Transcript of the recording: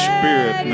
Spirit